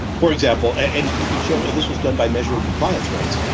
for example, and and you can show, this was done by measuring compliance rates.